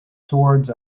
towards